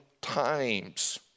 times